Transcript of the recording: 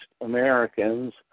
Americans